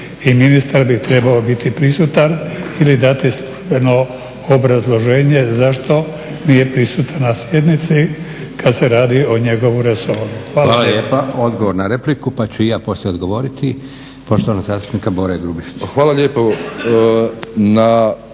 i ministar bi trebao biti prisutan ili dati službeno obrazloženje zašto nije prisutan na sjednici kad se radi o njegovu resoru. Hvala. **Leko, Josip (SDP)** Hvala lijepa. Odgovor na repliku pa ću i ja poslije odgovoriti, poštovanog zastupnika Bore Grubišića.